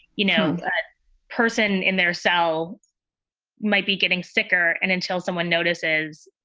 you know, that person in their cell might be getting sicker. and until someone notices,